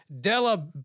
Della